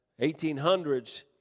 1800s